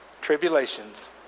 tribulations